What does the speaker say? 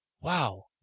wow